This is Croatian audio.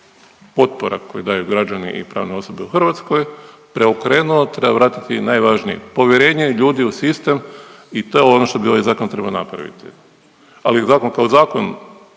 potpora koju daju građani i pravne osobe u Hrvatskoj, preokrenuo, treba variti najvažnije, povjerenje ljudi u sistem i to je ono što bi ovaj Zakon trebao napraviti. Ali zakon kao zakon,